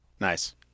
Nice